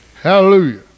Hallelujah